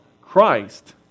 Christ